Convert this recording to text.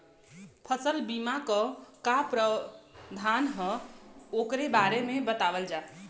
फसल बीमा क का प्रावधान हैं वोकरे बारे में बतावल जा?